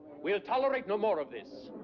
we'll tolerate no more of this.